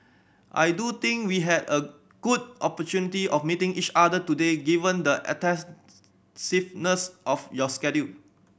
I do think we had a good opportunity of meeting each other today given the of your schedule